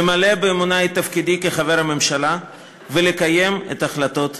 למלא באמונה את תפקידי כחבר הממשלה ולקיים את החלטות הכנסת.